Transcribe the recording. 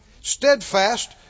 Steadfast